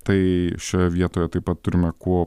tai šioje vietoje taip pat turime kuo